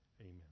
Amen